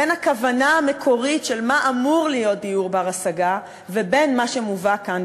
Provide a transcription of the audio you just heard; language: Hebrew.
בין הכוונה המקורית של מה שאמור להיות דיור בר-השגה ובין מה שמובא כאן,